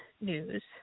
news